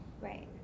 Right